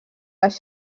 les